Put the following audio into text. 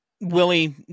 Willie